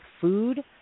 food